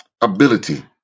ability